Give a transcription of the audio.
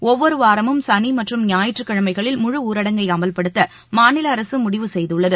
ஒவ்வொரு வாரமும் சனி மற்றும் ஞாயிற்றுக்கிழமைகளில் முழு ஊரடங்கை அமல்படுத்த மாநில அரசு முடிவு செய்துள்ளது